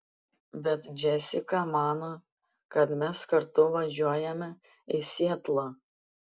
bet džesika mano kad mes kartu važiuojame į sietlą